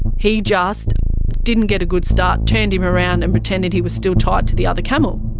he just didn't get a good start, turned him around and pretended he was still tied to the other camel.